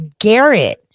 Garrett